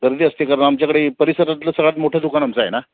गर्दी असते कारण आमच्याकडे परिसरातलं सगळ्यात मोठं दुकान आमचं आहे ना